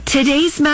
Today's